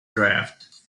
draught